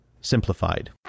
Simplified